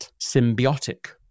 symbiotic